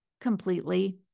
completely